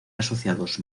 asociados